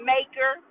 Maker